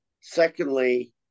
Secondly